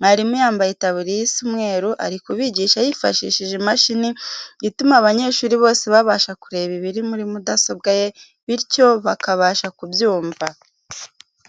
Mwarimu yambaye itaburiya isa umweru, ari kubigisha yifashishije imashini ituma abanyeshuri bose babasha kureba ibiri muri mudasobwa ye bityo bakabasha kubyumva.